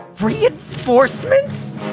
Reinforcements